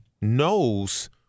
knows